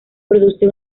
produce